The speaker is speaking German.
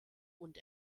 und